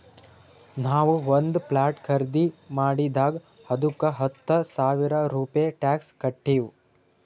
ನಾವು ಒಂದ್ ಪ್ಲಾಟ್ ಖರ್ದಿ ಮಾಡಿದಾಗ್ ಅದ್ದುಕ ಹತ್ತ ಸಾವಿರ ರೂಪೆ ಟ್ಯಾಕ್ಸ್ ಕಟ್ಟಿವ್